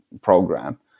program